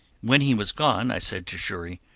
when he was gone i said to xury,